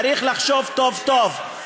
צריך לחשוב טוב-טוב,